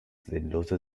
sinnlose